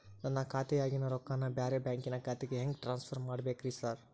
ನನ್ನ ಖಾತ್ಯಾಗಿನ ರೊಕ್ಕಾನ ಬ್ಯಾರೆ ಬ್ಯಾಂಕಿನ ಖಾತೆಗೆ ಹೆಂಗ್ ಟ್ರಾನ್ಸ್ ಪರ್ ಮಾಡ್ಬೇಕ್ರಿ ಸಾರ್?